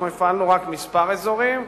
אנחנו הפעלנו רק כמה אזורים.